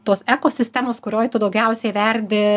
tos ekosistemos kurioj tu daugiausiai verdi